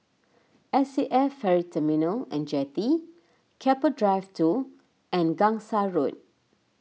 S A F Ferry Terminal and Jetty Keppel Drive two and Gangsa Road